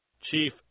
Chief